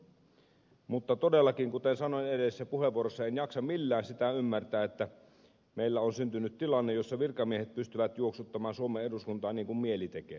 mutta todellakaan kuten sanoin edellisessä puheenvuorossani en jaksa millään sitä ymmärtää että meillä on syntynyt tilanne jossa virkamiehet pystyvät juoksuttamaan suomen eduskuntaa niin kuin mieli tekee